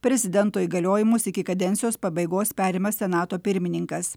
prezidento įgaliojimus iki kadencijos pabaigos perima senato pirmininkas